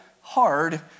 hard